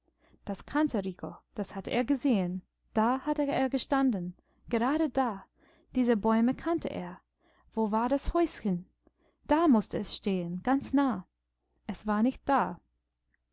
das kannte rico das hatte er gesehen da hatte er gestanden gerade da diese bäume kannte er wo war das häuschen da mußte es stehen ganz nah es war nicht da